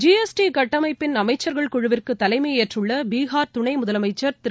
G S T கட்டமைப்பின் அமைச்சர்கள் குழுவிற்கு தலைமையேற்றுள்ள பீகார் துணை முதலமைச்சர் திரு